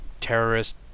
terrorist